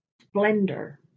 splendor